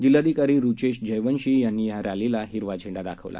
जिल्हाधिकारीरुचेशजयवंशीयांनीयारॅलीलाहिरवाझेंडादाखवला